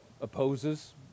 opposes